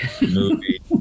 movie